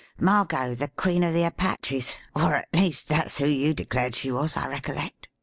margot, the queen of the apaches. or, at least, that's who you declared she was, i recollect.